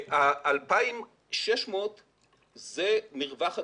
ה-2,600 זה מרווח הגמישות.